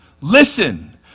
Listen